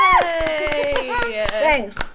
Thanks